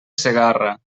segarra